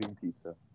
pizza